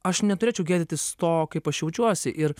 aš neturėčiau gėdytis to kaip aš jaučiuosi ir